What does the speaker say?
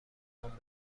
خوام